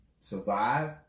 survive